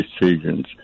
decisions